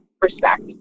respect